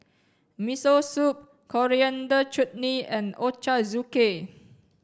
Miso Soup Coriander Chutney and Ochazuke